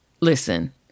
listen